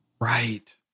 Right